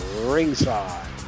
ringside